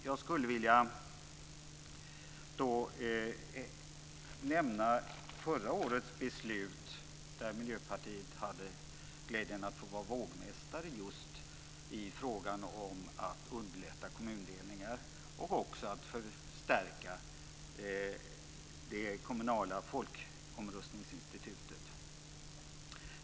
Jag skulle vilja nämna förra årets beslut, där Miljöpartiet hade glädjen att få vara vågmästare just i frågan om att underlätta för kommundelningar och också förstärka det kommunala folkomröstningsinstitutet.